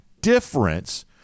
difference